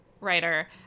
writer